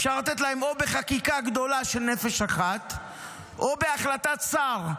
אפשר לתת להם או בחקיקה גדולה של נפש אחת או בהחלטת שר.